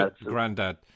granddad